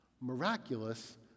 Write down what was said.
miraculous